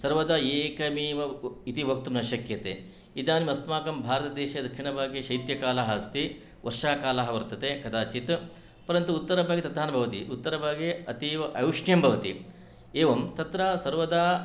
सर्वदा एकमेव इति वक्तुं न शक्यते इदानीम् अस्माकं भारतदेशे दक्षिणभागे शैत्यकालः अस्ति वर्षाकालः वर्तते कदाचित् परन्तु उत्तरभागे तथा न भवति उत्तरभागे अतीव औष्ण्यं भवति एवं तत्र सर्वदा